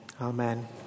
Amen